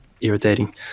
irritating